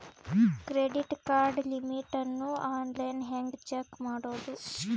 Credit card limit ಅನ್ನು online ಹೆಂಗ್ check ಮಾಡೋದು?